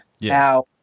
Now